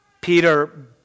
Peter